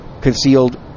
concealed